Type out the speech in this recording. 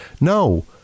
No